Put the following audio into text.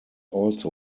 also